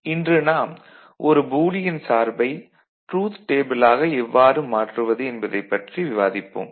இன்று நாம் ஒரு பூலியன் சார்பை ட்ரூத் டேபிளாக எவ்வாறு மாற்றுவது என்பதைப் பற்றி விவாதிப்போம்